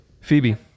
Phoebe